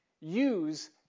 use